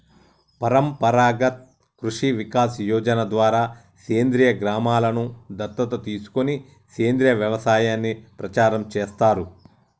పరంపరాగత్ కృషి వికాస్ యోజన ద్వారా సేంద్రీయ గ్రామలను దత్తత తీసుకొని సేంద్రీయ వ్యవసాయాన్ని ప్రచారం చేస్తారు